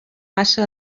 passa